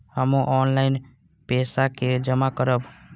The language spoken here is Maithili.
हमू ऑनलाईनपेसा के जमा करब?